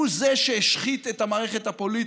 הוא זה שהשחית את המערכת הפוליטית.